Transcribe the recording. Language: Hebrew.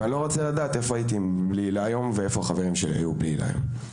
ואני לא רוצה לדעת איפה אני הייתי ואיפה החברים שלי היו בלי היל"ה היום.